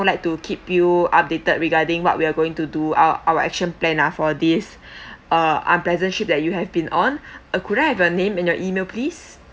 would like to keep you updated regarding what we're going to do our our action plan uh for this uh unpleasant trip that you have been on uh could I have your name and your email please